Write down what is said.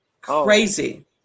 Crazy